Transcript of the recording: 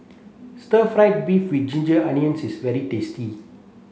stir fried beef with ginger onions is very tasty